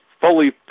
fully